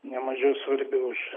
ne mažiau svarbi už